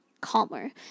calmer